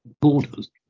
borders